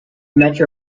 metro